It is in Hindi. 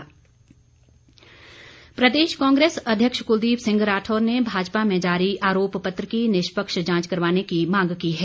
राठौर प्रदेश कांग्रेस अध्यक्ष कुलदीप सिंह राठौर ने भाजपा में जारी आरोप पत्र की निष्पक्ष जांच करवाने की मांग की है